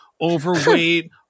overweight